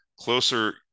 closer